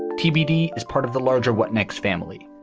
tbd is part of the larger what next family,